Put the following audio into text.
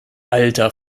alter